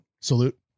Salute